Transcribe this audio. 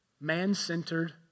man-centered